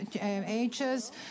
ages